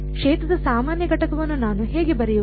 ಕ್ಷೇತ್ರದ ಸಾಮಾನ್ಯ ಘಟಕವನ್ನು ನಾನು ಹೇಗೆ ಬರೆಯುವುದು